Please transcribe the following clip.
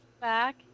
back